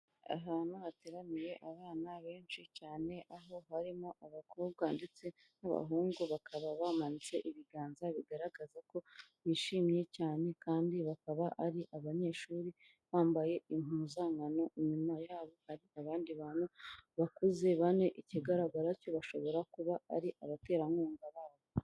Ahantu hateraniye abana benshi cyane aho harimo abakobwa ndetse n'abahungu bakaba bamanitse ibiganza bigaragaza ko bishimye cyane kandi bakaba ari abanyeshuri bambaye impuzankano, inyuma yabo hari abandi bantu bakuze bane ikigaragara cyo bashobora kuba ari abaterankunga.